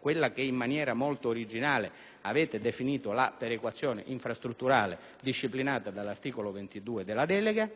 quella che in maniera molto originale avete definito la perequazione infrastrutturale, disciplinata dall'articolo 21 della delega,